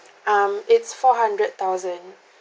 um it's four hundred thousand